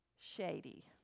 shady